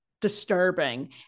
disturbing